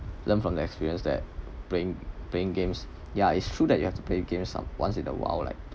learn from the experience that playing playing games ya it's true that you have to play games some once in a while like